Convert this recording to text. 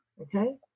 okay